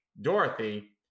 Dorothy